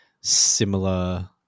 similar